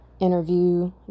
interview